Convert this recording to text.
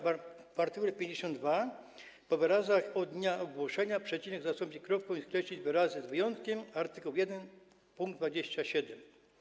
W art. 52 po wyrazach „od dnia ogłoszenia” przecinek zastąpić kropką i skreślić wyrazy „z wyjątkiem art. 1 pkt 27”